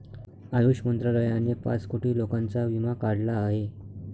आयुष मंत्रालयाने पाच कोटी लोकांचा विमा काढला आहे